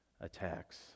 attacks